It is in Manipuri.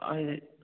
ꯍꯥꯏꯗꯤ